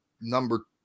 number